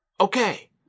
okay